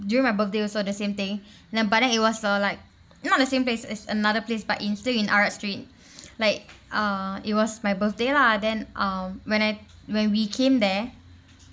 during my birthday also the same thing then but then it was so like not the same place is another place but in still in arab street like uh it was my birthday lah then um when I when we came there